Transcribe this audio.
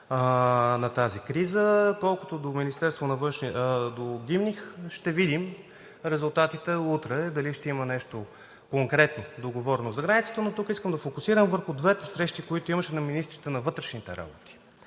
на тази криза. Колкото до „Гимних“, ще видим резултатите утре дали ще има нещо конкретно договорено за границата, но тук искам да фокусирам върху двете срещи, които имаше, на министрите на вътрешните работи,